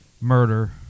murder